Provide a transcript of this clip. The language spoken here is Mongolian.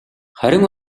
харин